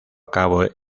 cabo